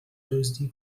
دزدی